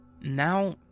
Now